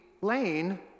lane